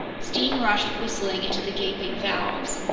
steam rushed whistling into the gaping valves.